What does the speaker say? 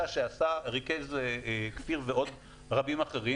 וזה צעד שצריך לבצע אותו ועוד לא הושלם.